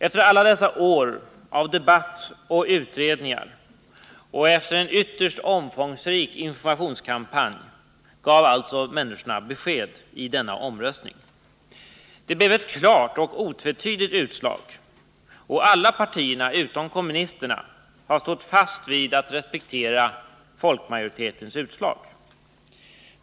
Efter alla dessa år av debatt och utredningar och efter en ytterst omfångsrik informationskampanj gav alltså människorna besked i denna omröstning. Det blev ett klart och otvetydigt utslag, och alla partierna utom kommunisterna har stått fast vid att respektera folkmajoritetens utslag.